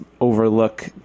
overlook